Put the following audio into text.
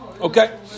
Okay